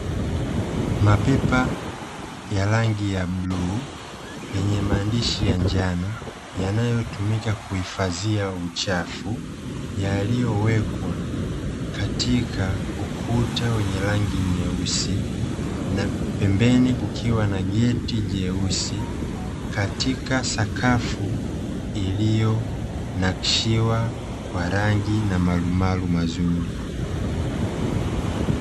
Mapipa yenye rangi ya bluu yenye maandishi ya njano yakiwa yanatumika kuhifadhia uchafu yaliyowekwa katika ukuta wenye rangi nyeusi, na pembeni kukiwa na geti jeusi katika sakafu iliyonakishiwa kwa rangi na marumaru mazuri.